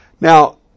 Now